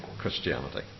Christianity